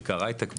בעיקר הייטק,